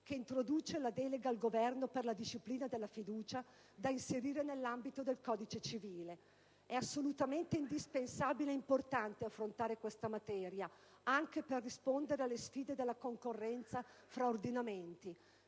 che introduce la delega al Governo per la disciplina della fiducia da inserire nell'ambito del codice civile. È assolutamente indispensabile e importante affrontare questa materia, anche per rispondere alle sfide della concorrenza fra ordinamenti.